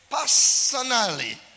personally